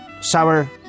Sour